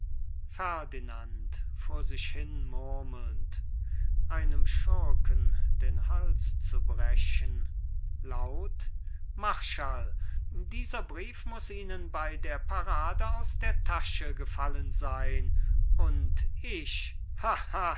brechen laut marschall dieser brief muß ihnen bei der parade aus der tasche gefallen sein und ich